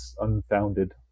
unfounded